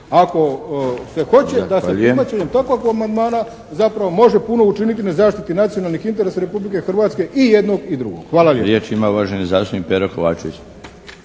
Mato (SDP)** … prihvaćanjem takvog amandmana zapravo može puno učiniti na zaštiti nacionalnih interesa Republike Hrvatske, i jednog i drugog. Hvala lijepo.